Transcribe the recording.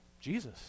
Jesus